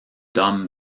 dom